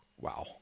Wow